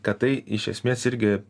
kad tai iš esmės irgi